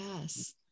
yes